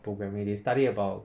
programming they study about